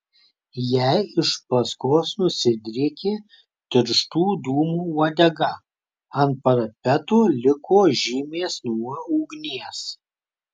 jai iš paskos nusidriekė tirštų dūmų uodega ant parapeto liko žymės nuo ugnies